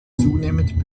zunehmend